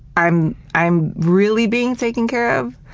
i'm i'm really being taken care of?